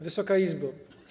Wysoka Izbo!